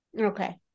Okay